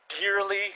dearly